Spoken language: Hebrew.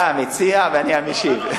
אתה המציע ואני המשיב.